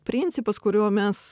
principas kuriuo mes